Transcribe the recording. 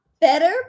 better